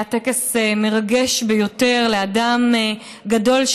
היה טקס מרגש ביותר לאדם גדול,